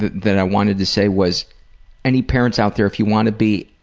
that i wanted to say was any parents out there if you want to be